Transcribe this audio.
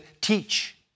teach